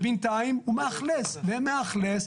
ובנתיים הוא מאכלס ומאכלס.